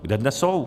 Kde dnes jsou?